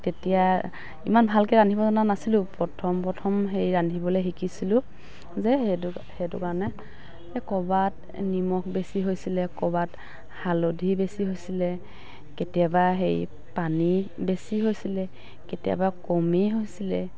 তেতিয়া ইমান ভালকে ৰান্ধিব জনা নাছিলোঁ প্ৰথম প্ৰথম সেই ৰান্ধিবলে শিকিছিলোঁ যে সেইটো সেইটো কাৰণে সেই ক'ৰবাত নিমখ বেছি হৈছিলে ক'ৰবাত হালধি বেছি হৈছিলে কেতিয়াবা সেই পানী বেছি হৈছিলে কেতিয়াবা কমেই হৈছিলে